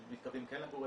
שהם מתכוונים כן לגור,